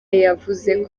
yavuze